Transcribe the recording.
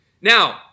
Now